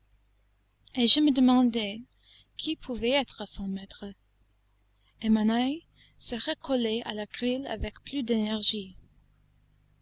et je me demandais qui pouvait être son maître et mon oeil se recollait à la grille avec plus d'énergie